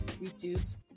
reduce